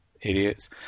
Idiots